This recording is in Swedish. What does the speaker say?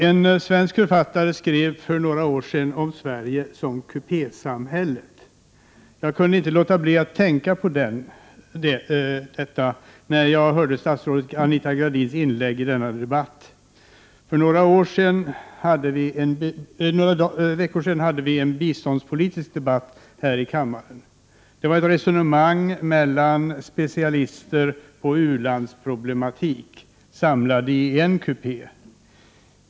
En svensk författare skrev för några år sedan om Sverige som ett kupésamhälle. Jag kunde inte låta bli att tänka på detta när jag hörde statsrådet Anita Gradins inlägg i denna debatt. För några veckor sedan hade vi en biståndspolitisk debatt här i kammaren. Det var ett resonemang mellan specialister på u-landsproblem samlade i en kupé.